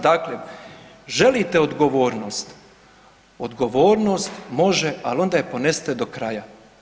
Dakle, želite odgovornost, odgovornost može, al onda je ponesite do kraja.